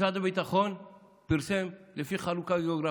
משרד הביטחון פרסם לפי חלוקה גיאוגרפית,